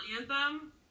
anthem